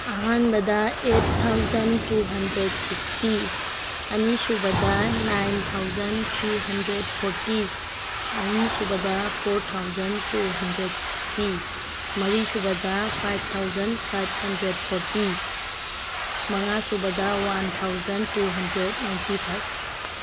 ꯑꯍꯥꯟꯕꯗ eight thousand two hundred sixty ꯑꯅꯤꯁꯨꯕꯗ nine thousand three hundred forty ꯑꯍꯨꯝꯁꯨꯕꯗ four thousand two hundred sixty ꯃꯔꯤꯁꯨꯕꯗ five thousand five hundred forty ꯃꯉꯥꯁꯨꯕꯗ one thousand two hundred ninety five